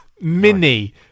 Mini